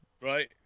Right